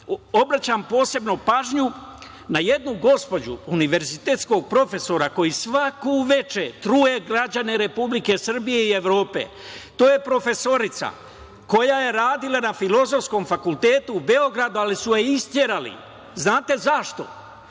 obraćam posebno pažnju na jednu gospođu, univerzitetskog profesora, koji svaku veče truje građane Republike Srbije i Evrope. To je profesorica koja je radila na Filozofskom fakultetu u Beogradu, ali su je isterali. Znate zašto?